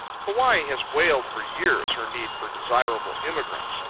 hawaii has wailed for years her need for desirable immigrants.